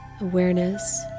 Awareness